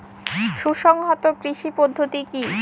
সুসংহত কৃষি পদ্ধতি কি?